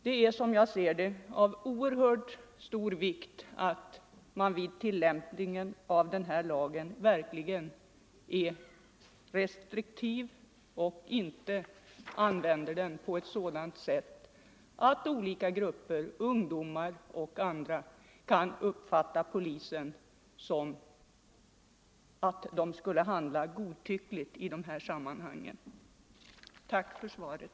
Det är som jag ser det av oerhört stor vikt att man använder lagen restriktivt och undviker att ge olika grupper, ungdomar och andra, den uppfattningen att polisen handlar godtyckligt i dessa sammanhang. Tack för svaret.